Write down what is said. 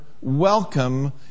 welcome